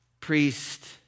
priest